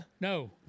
No